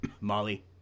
Molly